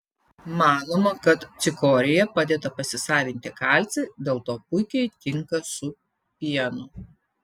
manoma kad cikorija padeda pasisavinti kalcį dėl to puikiai tinka su pienu